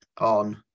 on